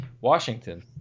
Washington